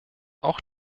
auch